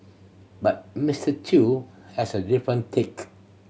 but Mister Chew has a different take